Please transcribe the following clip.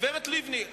גברת לבני,